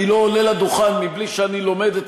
אני לא עולה לדוכן מבלי שאני לומד את